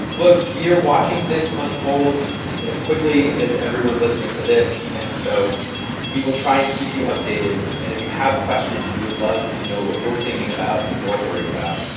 look we are watching this unfold as quickly as everyone listening to this, and so we will try and keep you updated. and if you have questions, we would love to know what you're thinking about, what you're worried about.